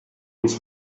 ins